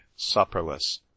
supperless